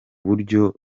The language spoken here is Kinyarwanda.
buryo